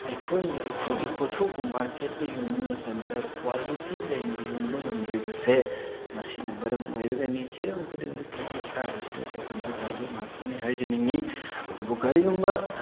ꯑꯩꯈꯣꯏꯅ ꯑꯩꯈꯣꯏꯒꯤ ꯄꯣꯠꯊꯣꯛꯄꯨ ꯃꯥꯔꯀꯦꯠꯇ ꯌꯣꯟꯕ ꯃꯇꯝꯗ ꯀ꯭ꯋꯥꯂꯤꯇꯤ ꯂꯩꯅ ꯌꯣꯟꯕ ꯉꯝꯗ꯭ꯔꯤꯕꯁꯦ ꯃꯁꯤꯅ ꯃꯔꯝ ꯑꯣꯏꯔꯒꯅꯤ ꯍꯤꯔꯝ ꯈꯨꯗꯤꯡꯃꯛꯇ ꯁꯔꯀꯥꯔ ꯑꯁꯤꯅ ꯊꯣꯛꯍꯟꯕ ꯊꯧꯗꯣꯛ ꯉꯥꯛꯇꯅꯤ ꯍꯥꯏꯖꯅꯤꯡꯉꯤ ꯑꯗꯨꯕꯨ ꯀꯔꯤꯒꯨꯝꯕ